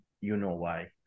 you-know-why